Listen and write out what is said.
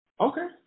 Okay